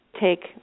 take